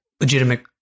legitimate